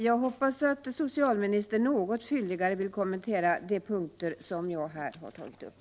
Jag hoppas att socialministern något fylligare vill kommentera de punkter som jag har tagit upp.